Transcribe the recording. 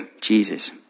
Jesus